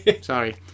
Sorry